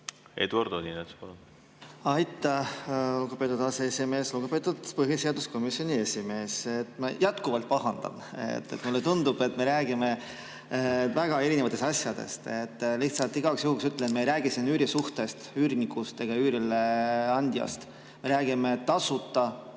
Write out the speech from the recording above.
Eduard Odinets, palun! Aitäh, lugupeetud aseesimees! Lugupeetud põhiseaduskomisjoni esimees! Ma jätkuvalt pahandan. Mulle tundub, et me räägime väga erinevatest asjadest. Lihtsalt igaks juhuks ütlen, et me ei räägi siin üürisuhtest, üürnikust ega üürileandjast, me räägime tasuta